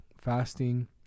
fasting